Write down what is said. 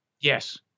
Yes